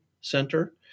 center